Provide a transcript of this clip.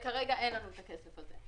אבל כרגע אין לנו את הכסף הזה.